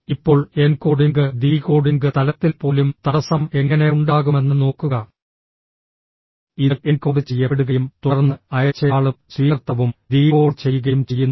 ഇപ്പോൾ encoding decoding തലത്തിൽ പോലും തടസ്സം എങ്ങനെ ഉണ്ടാകുമെന്ന് നോക്കുക ഇത് എൻകോഡ് ചെയ്യപ്പെടുകയും തുടർന്ന് അയച്ചയാളും സ്വീകർത്താവും ഡീകോഡ് ചെയ്യുകയും ചെയ്യുന്നു